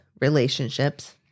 relationships